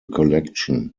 collection